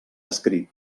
escrit